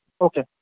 Okay